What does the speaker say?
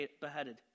beheaded